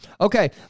Okay